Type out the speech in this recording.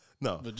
No